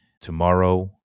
tomorrow